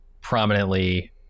prominently